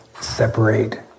separate